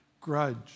grudge